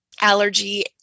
allergy